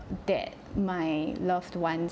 that my loved ones